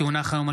כי הונח היום על